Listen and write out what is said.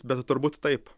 bet turbūt taip